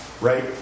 right